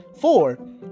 four